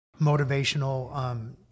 motivational